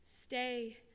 Stay